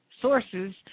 sources